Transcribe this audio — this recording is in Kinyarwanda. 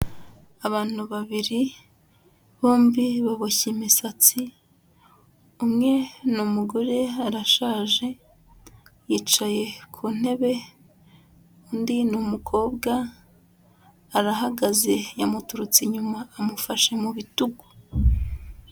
Abantu babiri, bombi baboshye imisatsi, umwe ni umugore arashaje, yicaye ku ntebe, undi ni umukobwa arahagaze yamuturutse inyuma, amufashe mu bitugu.